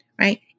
right